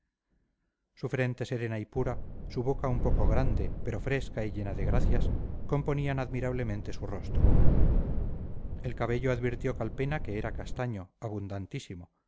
frente serena y pura su boca un poco grande pero fresca y llena de gracias componían admirablemente su rostro el cabello advirtió calpena que era castaño abundantísimo